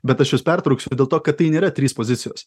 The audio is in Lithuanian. bet aš jus pertrauksiu dėl to kad tai nėra trys pozicijos